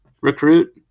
recruit